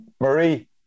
Marie